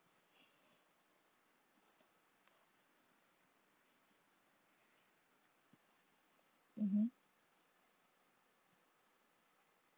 mmhmm